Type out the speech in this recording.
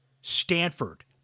Stanford